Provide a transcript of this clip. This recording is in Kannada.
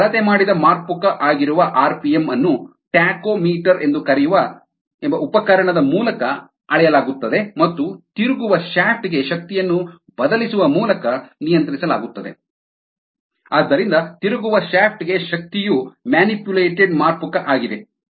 ಅಳತೆಮಾಡಿದ ಮಾರ್ಪುಕ ಆಗಿರುವ ಆರ್ಪಿಎಂ ಅನ್ನು ಟ್ಯಾಕೋಮೀಟರ್ ಎಂದು ಕರೆಯುವ ಎಂಬ ಉಪಕರಣದ ಮೂಲಕ ಅಳೆಯಲಾಗುತ್ತದೆ ಮತ್ತು ತಿರುಗುವ ಶಾಫ್ಟ್ ಗೆ ಶಕ್ತಿಯನ್ನು ಬದಲಿಸುವ ಮೂಲಕ ನಿಯಂತ್ರಿಸಲಾಗುತ್ತದೆ ಆದ್ದರಿಂದ ತಿರುಗುವ ಶಾಫ್ಟ್ ಗೆ ಶಕ್ತಿಯು ಮ್ಯಾನಿಪುಲೇಟೆಡ್ ಮಾರ್ಪುಕ ಆಗಿದೆ